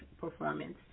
performance